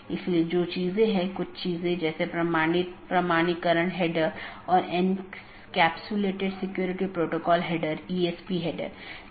तो इसका मतलब है अगर मैं AS1 के नेटवर्क1 से AS6 के नेटवर्क 6 में जाना चाहता हूँ तो मुझे क्या रास्ता अपनाना चाहिए